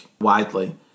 widely